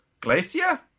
Glacier